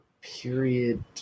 period